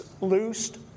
loosed